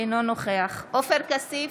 נוכח עופר כסיף,